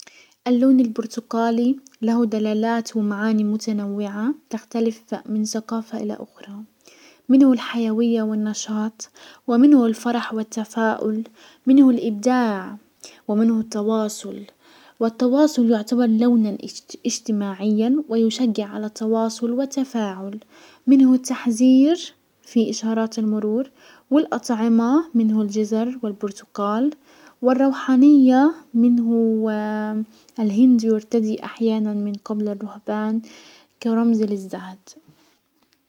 اللون البرتقالي له دلالات ومعاني متنوعة تختلف من سقافة الى اخرى، منه الحيوية والنشاط، ومنه الفرح والتفاؤل، منه الابداع ،ومنه التواصل، والتواصل يعتبر لونا اجتماعيا ويشجع على تواصل وتفاعل، منه التحزير في اشهارات المرور ، والاطعمة منه الجزر والبرتقال، والروحانية منه الهند يرتدي احيانا من قبل الرهبان كرمز للزهد.